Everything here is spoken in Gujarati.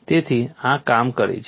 તેથી આ કામ કરે છે